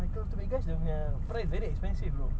main kira tu bad guys dia orang punya price very expensive bro